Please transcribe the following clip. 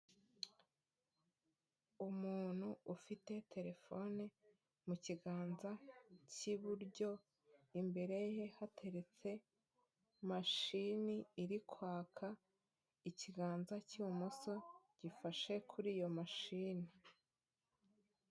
Umuntu ufite telefone mu kiganza cy'iburyo, imbere ye hateretse mashini iri kwaka, ikiganza cy'ibumoso gifashe kuri iyo mashini.